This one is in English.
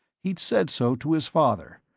he'd said so to his father,